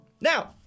now